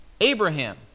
Abraham